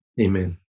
amen